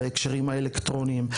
בהקשרים האלקטרוניים.